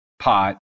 pot